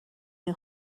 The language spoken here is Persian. این